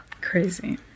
crazy